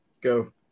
Go